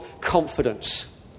confidence